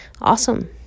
Awesome